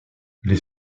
les